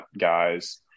guys